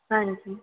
ਹਾਂਜੀ